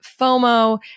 FOMO